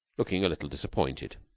looking a little disappointed.